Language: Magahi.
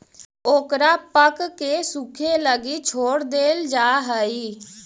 ओकरा पकके सूखे लगी छोड़ देल जा हइ